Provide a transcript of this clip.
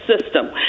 system